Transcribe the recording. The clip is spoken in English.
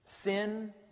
Sin